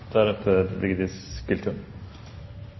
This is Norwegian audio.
deretter